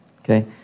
Okay